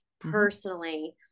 personally